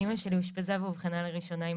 אמא שלי אושפזה ואובחנה לראשונה עם